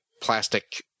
plastic